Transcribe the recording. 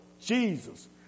Jesus